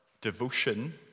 devotion